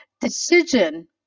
decision